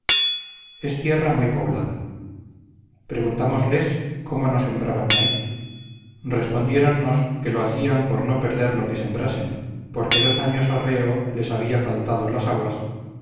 es tierra muy poblada preguntámosles cómo no sembraban maíz respondiéronnos que lo hacían por no perder lo que sembrasen porque dos años arreo les había faltado las aguas